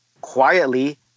quietly